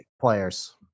players